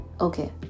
okay